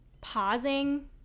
pausing